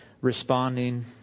responding